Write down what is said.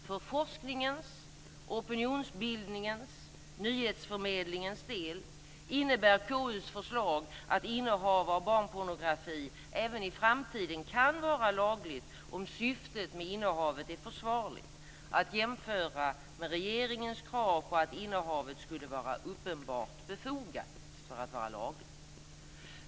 För forskningens, opinionsbildningens och nyhetsförmedlingens del innebär KU:s förslag att innehav av barnpornografi även i framtiden kan vara lagligt om syftet med innehavet är försvarligt. Detta kan jämföras med regeringens krav på att innehavet skulle vara uppenbart befogat för att vara lagligt.